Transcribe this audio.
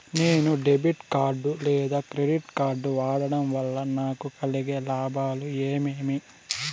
నేను debit card లేదా credit card వాడడం వల్ల నాకు కలిగే లాభాలు ఏమేమీ?